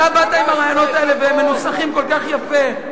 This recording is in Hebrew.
אתה באת עם הרעיונות האלה, והם מנוסחים כל כך יפה.